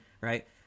right